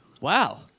Wow